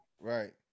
Right